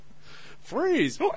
Freeze